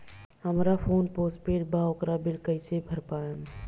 हमार phone postpaid बा ओकर बिल कईसे भर पाएम?